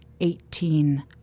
Eighteen